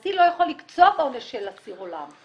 הנשיא לא יכול לקצוב עונש של אסיר עולם,